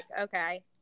okay